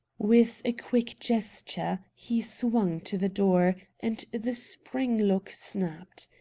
with a quick gesture, he swung to the door, and the spring lock snapped.